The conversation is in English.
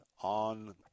on